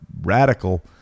radical